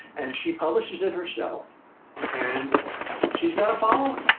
and she publishes it herself and she's got a following.